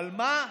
אבל מה,